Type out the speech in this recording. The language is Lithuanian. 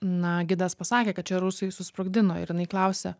na gidas pasakė kad čia rusai susprogdino ir jinai klausia